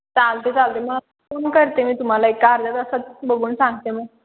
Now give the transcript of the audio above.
चालते चालते मग फोन करते मी तुम्हाला एक अर्ध्या तासात बघून सांगते मग